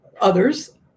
others